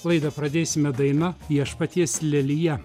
laidą pradėsime daina viešpaties lelija